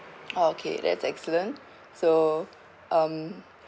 okay that's excellent so um